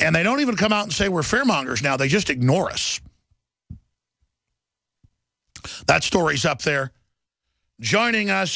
and they don't even come out and say we're fair mongers now they just ignore us that stories up there joining us